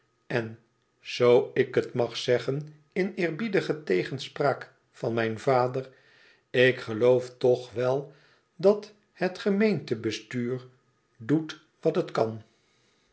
en zoo ik het mag zeggen in eerbiedigen tegenspraak van mijn vader ik geloof toch wel dat het gemeentebestuur doet wat het kan